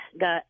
got